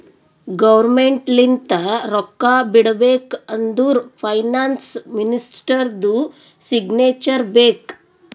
government ಲಿಂತ ರೊಕ್ಕಾ ಬಿಡ್ಬೇಕ ಅಂದುರ್ ಫೈನಾನ್ಸ್ ಮಿನಿಸ್ಟರ್ದು ಸಿಗ್ನೇಚರ್ ಬೇಕ್